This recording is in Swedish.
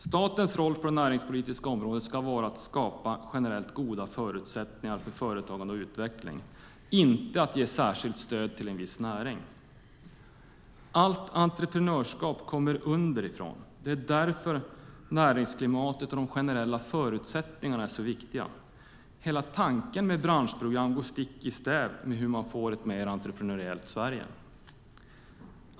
Statens roll på det näringspolitiska området ska vara att skapa generellt goda förutsättningar för företagande och utveckling, inte att ge särskilt stöd till en viss näring. Allt entreprenörskap kommer underifrån. Därför är näringsklimatet och de generella förutsättningarna så viktigt. Hela tanken med branschprogram går stick i stäv med hur man får ett mer entreprenöriellt Sverige.